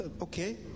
Okay